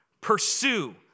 pursue